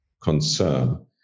concern